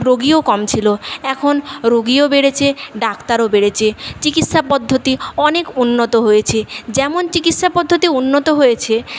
রোগীও কম ছিল এখন রোগীও বেড়েছে ডাক্তারও বেড়েছে চিকিৎসা পদ্ধতি অনেক উন্নত হয়েছে যেমন চিকিৎসা পদ্ধতি উন্নত হয়েছে